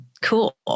cool